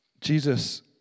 Jesus